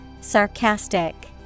Sarcastic